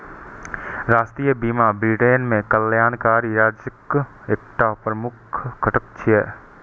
राष्ट्रीय बीमा ब्रिटेन मे कल्याणकारी राज्यक एकटा प्रमुख घटक छियै